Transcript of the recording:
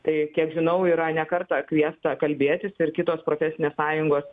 tai kiek žinau yra ne kartą kviesta kalbėtis ir kitos profesinės sąjungos